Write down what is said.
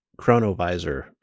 chronovisor